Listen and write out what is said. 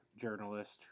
journalist